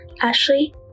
Ashley